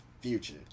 Future